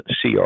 CR